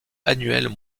annuelles